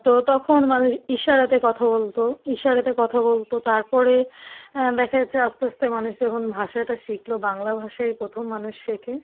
তো তখন মানুষ ইশারাতে কথা বলত ইশারাতে কথা বলত তার পরে দেখা যাচ্ছে আস্তে আস্তে মানুষ যখন ভাষাটা শিখল বাংলা ভাষাই প্রথম মানুষ শেখে